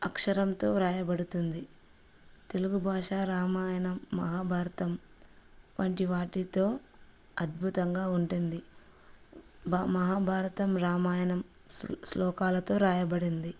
అక్షరంతో రాయబడుతుంది తెలుగు భాష రామాయణం మహాభారతం వంటి వాటితో అద్భుతంగా ఉంటుంది బ మహాభారతం రామాయణం శ్లోకాలతో రాయబడింది